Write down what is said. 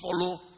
follow